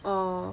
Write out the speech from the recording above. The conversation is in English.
orh